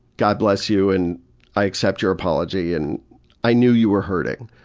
god bless you, and i accept your apology, and i knew you were hurting.